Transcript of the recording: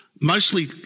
Mostly